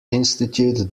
institute